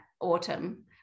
autumn